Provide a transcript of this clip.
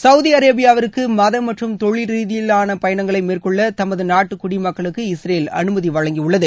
Saudi அரேபியாவிற்கு மத மற்றும் தொழில் ரீதியிலான பயணங்களை மேற்கொள்ள தமது நாட்டு குடிமக்களுக்கு இஸ்ரேல் அனுமதி வழங்கியுள்ளது